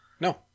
No